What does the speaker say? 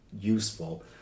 useful